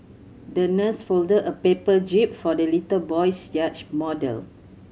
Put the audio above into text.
the nurse folded a paper jib for the little boy's yacht model